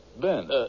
Ben